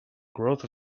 growth